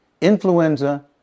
influenza